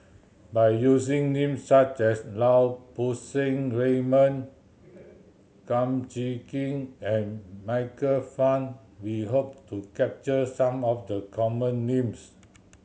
by using names such as Lau Poo Seng Raymond Kum Chee Kin and Michael Fam we hope to capture some of the common names